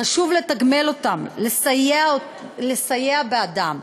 חשוב לתגמל אותם, לסייע בעדם.